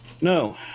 No